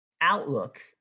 outlook